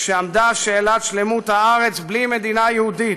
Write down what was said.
וכשעמדה שאלת שלמות הארץ בלי מדינה יהודית,